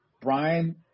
Brian